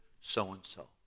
so-and-so